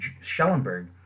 Schellenberg